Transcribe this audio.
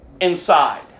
inside